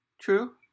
True